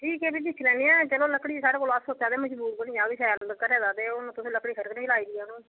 ठीक ऐ फ्ही दिक्खी लैन्नी आं चलो लकड़ी साढ़े कोल ऐ अस सोचा दे हे बनी आग घरे दा शैल घरे दा ते हून तुसें लकड़ी खरै कदेही लाई दी ऐ हून